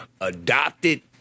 adopted